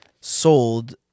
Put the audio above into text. sold